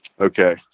Okay